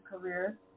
career